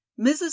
mrs